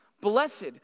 Blessed